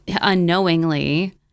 Unknowingly